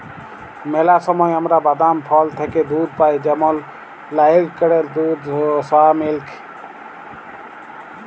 ম্যালা সময় আমরা বাদাম, ফল থ্যাইকে দুহুদ পাই যেমল লাইড়কেলের দুহুদ, সয়া মিল্ক